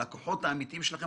הלקוחות האמיתיים שלכם,